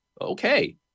okay